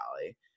Valley